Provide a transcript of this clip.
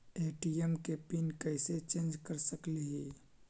ATM के pin कैसे change कर सकली ही?